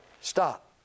Stop